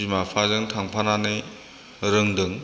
बिमा बिफाजों थांफानानै रोंदों